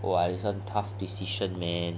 !wah! this one tough decision man